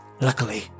luckily